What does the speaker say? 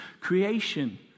creation